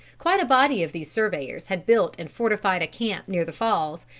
quite a body of these surveyors had built and fortified a camp near the falls,